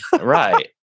Right